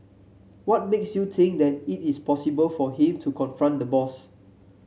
what makes you think that it is possible for him to confront the boss